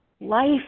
life